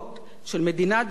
הזה של מדינה דו-לאומית נשמע כעת,